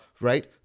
right